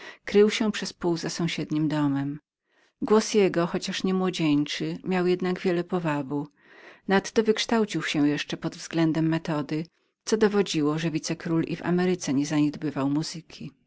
krył się przez pół za sąsiednim domem głos jego chociaż nie młodzieńczy miał jednak wiele powabu nadto wykształcił się jeszcze pod względem metody co dowodziło że wicekról i w ameryce nie zaniedbywał muzyki